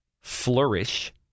flourish